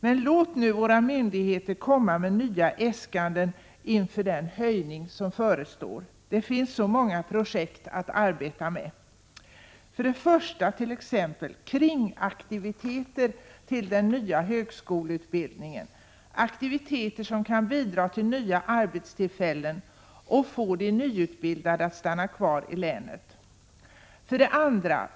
Men låt nu våra myndigheter komma med nya äskanden inför den höjning som förestår. Det finns så många projekt att arbeta med: 1. Kringaktiviteter till den nya högskoleutbildningen — aktiviteter som kan bidra till nya arbetstillfällen och få de nyutbildade att stanna kvar i länet. 2.